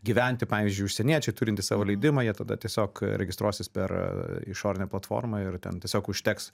gyventi pavyzdžiui užsieniečiai turintys savo leidimą jie tada tiesiog registruosis per išorinę platformą ir ten tiesiog užteks